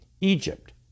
Egypt